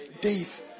Dave